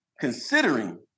Considering